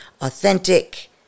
authentic